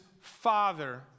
father